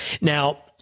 Now